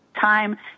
time